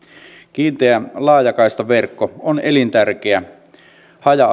kiinteä laajakaistaverkko on elintärkeä haja